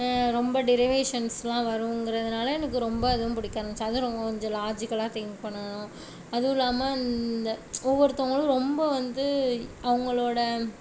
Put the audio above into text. ரொம்ப டெரிவேஷன்ஸ்லாம் வரும்கிறதுனால எனக்கு ரொம்ப அதுவும் பிடிக்க ஆரமிச்சிச்சு அதுவும் ரொம்ப கொஞ்சம் லாஜிக்கல்லாக திங்க் பண்ணணும் அதுவும் இல்லாமல் இந்த ஒவ்வொருத்தங்களும் ரொம்ப வந்து அவர்களோட